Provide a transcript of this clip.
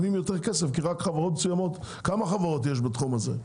כמה חברות יש בתחום הזה?